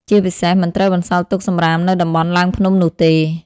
ជាពិសេស មិនត្រូវបន្សល់ទុកសំរាមនៅតំបន់ឡើងភ្នំនោះទេ។